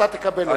אתה תקבל אותה.